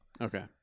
Okay